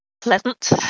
Pleasant